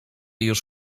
już